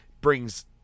Brings